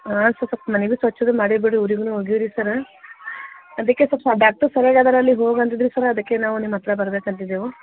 ಹಾಂ ಸ್ವಲ್ಪ ಮನೆದು ಸ್ವಚ್ಛ ಅದು ಮಾಡೀವಿ ಬಿಡ್ರಿ ಊರಿಗೂ ಹೋಗೀವಿ ರೀ ಸರ ಅದಕ್ಕೆ ಸ್ವಲ್ಪ ಡಾಕ್ಟರ್ ಸರಿಯಾಗಿ ಇದ್ದಾರೆ ಅಲ್ಲಿಗೆ ಹೋಗಿ ಅಂದಿದ್ರು ಸರ್ ಅದಕ್ಕೆ ನಾವು ನಿಮ್ಮ ಹತ್ರ ಬರ್ಬೇಕು ಅಂದಿದ್ದೇವು